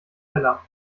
teller